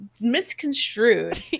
misconstrued